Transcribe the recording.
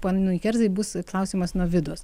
ponui kerzai bus klausimas nuo vidos